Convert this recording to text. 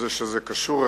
הדבר קשור,